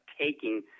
taking